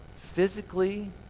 physically